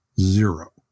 zero